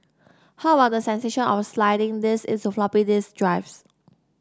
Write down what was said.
how about the sensation of sliding these into floppy disk drives